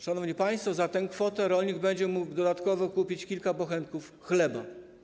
Szanowni państwo, za tę kwotę rolnik będzie mógł dodatkowo kupić kilka bochenków chleba.